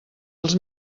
els